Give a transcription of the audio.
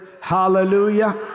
Hallelujah